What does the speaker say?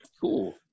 cool